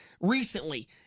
Recently